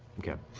okay.